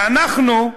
ואנחנו,